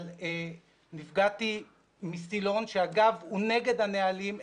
אבל נפגעתי מסילון שאגב הוא נגד הנהלים,